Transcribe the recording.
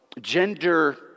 gender